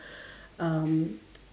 um